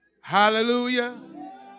Hallelujah